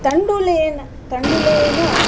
तण्डुलेन तण्डुलेन